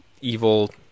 evil